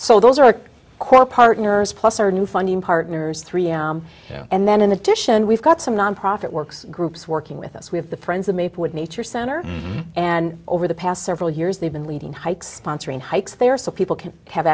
so those are our partners plus our new funding partners three and then in addition we've got some nonprofit works groups working with us we have the friends of maplewood nature center and over the past several years they've been leading hikes sponsoring hikes there so people can have